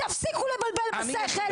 תפסיקו לבלבל את השכל,